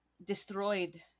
destroyed